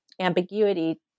ambiguity